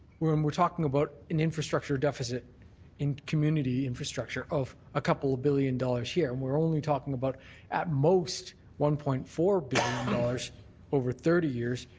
we're um we're talking about an infrastructure deficit in community infrastructure of a couple billion dollars here and we're only talking about at most one point four billion dollars over thirty years,